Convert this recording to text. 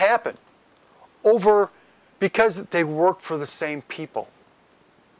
happen over because they work for the same people